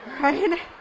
right